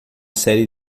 série